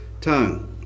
tongue